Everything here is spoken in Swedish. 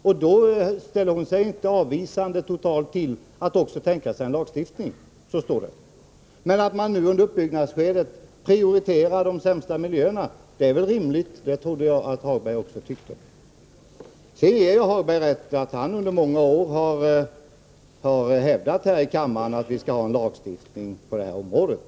Och arbetsmarknadsministern ställer sig inte avvisande till tanken på att i så fall föreslå en lagstiftning — så står det. Men det är väl rimligt att man nu, under uppbyggnadsskedet, prioriterar de sämsta miljöerna. Det trodde jag att också Lars-Ove Hagberg tyckte. Sedan ger jag Lars-Ove Hagberg rätt i att ni under många år har hävdat här i kammaren att vi skall ha en lagstiftning på det här området.